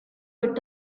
were